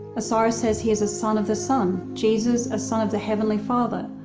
osiris says he is a son of the sun jesus a son of the heavenly father.